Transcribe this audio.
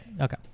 Okay